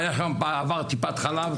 היה שם בעבר טיפת חלב,